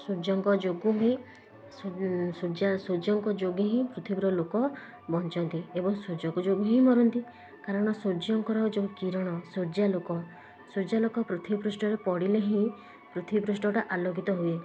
ସୂର୍ଯ୍ୟଙ୍କ ଯୋଗୁଁ ହିଁ ସୂର୍ଯ୍ୟ ସୂର୍ଯ୍ୟଙ୍କ ଯୋଗୁଁ ହିଁ ପୃଥିବୀର ଲୋକ ବଞ୍ଚନ୍ତି ଏବଂ ସୂର୍ଯ୍ୟ ଯୋଗୁଁ ହିଁ ମରନ୍ତି କାରଣ ସୂର୍ଯ୍ୟଙ୍କର ଯେଉଁ କିରଣ ସୂର୍ଯ୍ୟାଲୋକ ସୂର୍ଯ୍ୟାଲୋକ ପୃଥିବୀ ପୃଷ୍ଠରେ ପଡ଼ିଲେ ହିଁ ପୃଥିବୀ ପୃଷ୍ଠଟା ଆଲୋକିତ ହୁଏ